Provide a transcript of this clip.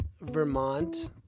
Vermont